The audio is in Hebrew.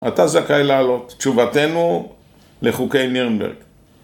אתה זכאי לעלות. תשובתנו לחוקי נירנברג.